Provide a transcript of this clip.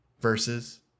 versus